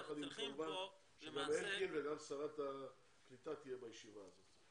כמובן שגם השר אלקין וגם שרת הקליטה תהיה בישיבה הזאת.